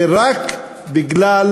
זה רק בגלל